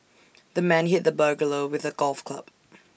the man hit the burglar with A golf club